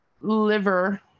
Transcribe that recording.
liver